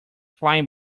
flying